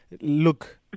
look